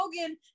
Hogan